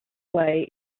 way